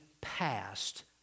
past